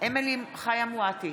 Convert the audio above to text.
אמילי חיה מואטי,